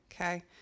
okay